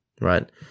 right